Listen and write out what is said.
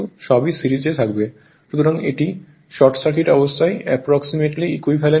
সুতরাং এটি short circuit অবস্থায় অ্যাপ্রক্সিমেটলি ইকুইভ্যালেন্ট হবে